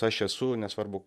aš esu nesvarbu